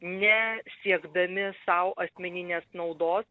nesiekdami sau asmeninės naudos